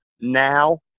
now